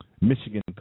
Michigan